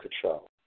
control